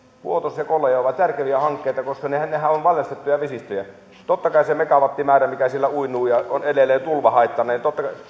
vuotos ja kollaja ovat järkeviä hankkeita koska nehän nehän ovat valjastettuja vesistöjä tietenkään sitä megawattimäärää mikä siellä uinuu ja on edelleen tulvahaittana